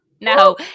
no